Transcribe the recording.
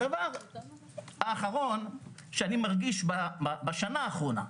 דבר אחרון שאני מרגיש בשנה האחרונה,